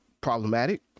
problematic